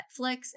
Netflix